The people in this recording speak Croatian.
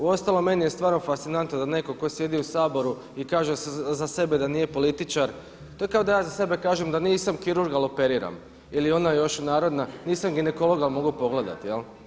Uostalom meni je stvarno fascinantno da neko ko sjedi u Saboru i kaže za sebe da nije političar, to je kao da ja za sebe kažem da nisam kirurg ali operiram, ali ona još narodna, nisam ginekolog ali mogu pogledati jel.